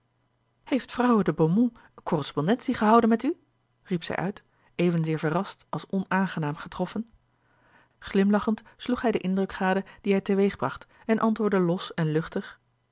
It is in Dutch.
heeft vrouwe de beaumont correspondentie gehouden met u riep zij uit evenzeer verrast als onaangenaam getroffen glimlachend sloeg hij den indruk gade dien hij teweegbracht en antwoordde los en luchtig